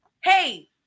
hey